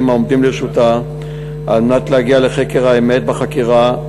העומדים לרשותה על מנת להגיע לחקר האמת בחקירה,